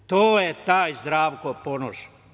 To je taj Zdravko Ponoš.